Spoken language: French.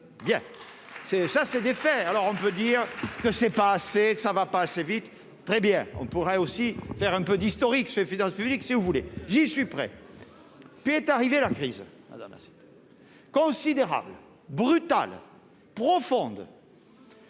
c'est ça c'est des faits, alors on peut dire que c'est pas assez, ça ne va pas assez vite, très bien, on pourrait aussi faire un peu d'historique sur finances publiques si vous voulez, j'y suis prêt puis est arrivée la crise considérable et brutale, profonde.